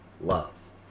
love